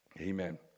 Amen